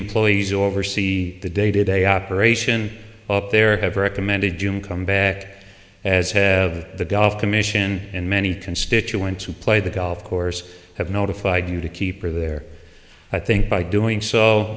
employees oversee the day to day operation up there have recommended jim come back as head of the golf commission and many constituents who play the golf course have notified you to keep her there i think by doing so